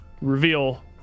Reveal